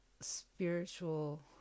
spiritual